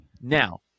now